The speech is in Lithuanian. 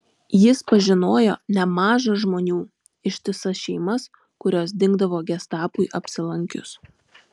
jis pažinojo nemaža žmonių ištisas šeimas kurios dingdavo gestapui apsilankius